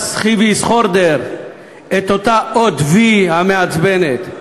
סחיווסחורדר את אותה אות "וי" המעצבנת.